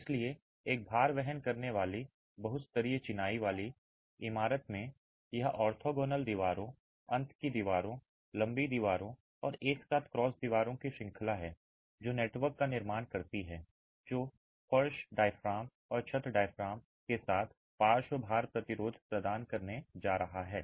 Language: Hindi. इसलिए एक भार वहन करने वाली बहुस्तरीय चिनाई वाली इमारत में यह ऑर्थोगोनल दीवारों अंत की दीवारों लंबी दीवारों और एक साथ क्रॉस दीवारों की श्रृंखला है जो नेटवर्क का निर्माण करती है जो फर्श डायाफ्राम और छत डायाफ्राम के साथ पार्श्व भार प्रतिरोध प्रदान करने जा रहा है